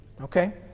Okay